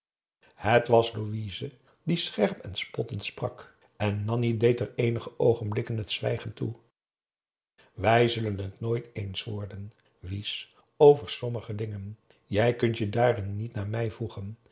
het was louise die scherp en spottend sprak en nanni deed er eenige oogenblikken het zwijgen toe wij zullen het nooit eens worden wies over sommige dingen jij kunt je daarin niet naar mij voegen